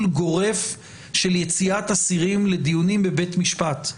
גורף של יציאת אסירים לדיונים בבית משפט.